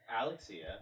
Alexia